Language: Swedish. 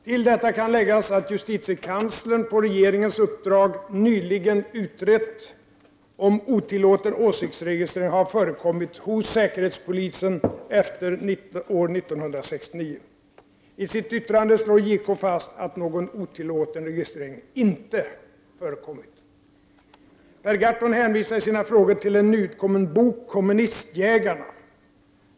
Till detta kan läggas att justitiekanslern på regeringens uppdrag nyligen utrett om otillåten åsiktsregistrering har förekommit hos säkerhetspolisen efter år 1969. I sitt yttrande slår JK fast att någon otillåten registrering inte förekommit. Per Gahrton hänvisar i sina frågor till en nyutkommen bok, ”Kommunistjägarna”.